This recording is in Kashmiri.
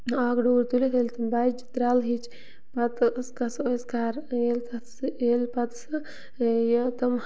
اکھ ڈوٗر تُلِتھ ییٚلہِ تِم بَجہِ ترٛیلہٕ ہِچہِ پَتہٕ أسۍ گژھو أسۍ گَرٕ ییٚلہِ تَتھ سُہ ییٚلہِ پَتہٕ سُہ یہِ تِم